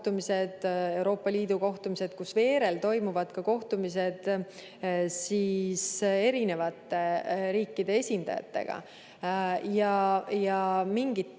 Euroopa Liidu kohtumised, mille veerel toimuvad ka kohtumised erinevate riikide esindajatega. Mingit